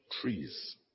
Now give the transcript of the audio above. Trees